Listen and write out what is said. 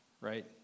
right